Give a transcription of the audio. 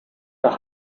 der